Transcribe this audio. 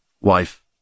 Wife